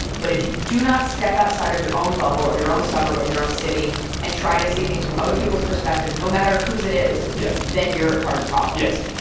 but if you do not step outside of your own bubble, of your own suburb, of your own city and try to see things from other people's perspective no matter whose it is. yeah. then you're part of the problem yes.